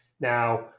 Now